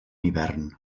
hivern